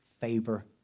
favor